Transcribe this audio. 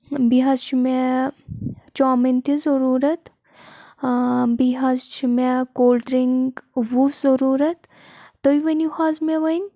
بیٚیہِ حظ چھِ مےٚ چامِن تہِ ضٔروٗرَت بیٚیہِ حظ چھِ مےٚ کول ڈِرٛنٛک وُہ ضٔروٗرَت تُہۍ ؤنِو حظ مےٚ وۄنۍ